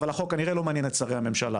אבל החוק כנראה לא מעניין את שרי הממשלה,